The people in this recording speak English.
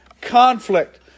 conflict